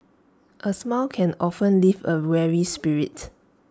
A smile can often lift A weary spirit